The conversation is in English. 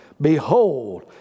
Behold